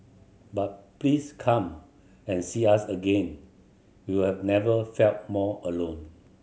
but please come and see us again we will never felt more alone